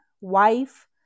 wife